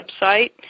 website